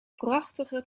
prachtige